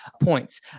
points